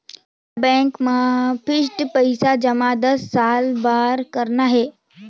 मोला बैंक मा फिक्स्ड पइसा जमा दस साल बार करना हे?